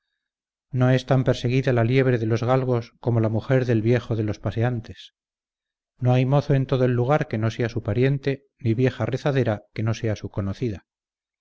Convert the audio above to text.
no es tan perseguida la liebre de los galgos como la mujer del viejo de los paseantes no hay mozo en todo el lugar que no sea su pariente ni vieja rezadera que no sea su conocida